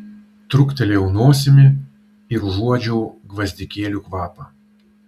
truktelėjau nosimi ir užuodžiau gvazdikėlių kvapą